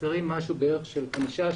חסרים בערך חמישה,